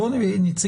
בואו נעשה